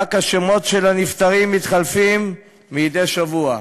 רק השמות של הנפטרים מתחלפים מדי שבוע.